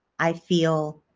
i feel